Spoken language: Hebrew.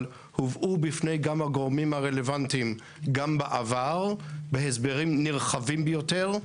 אבל הובאו גם בפני הגורמים הרלוונטיים גם בעבר בהסברים נרחבים ביותר,